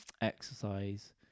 exercise